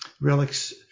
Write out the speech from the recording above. relics